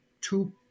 two